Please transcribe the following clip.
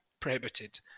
Prohibited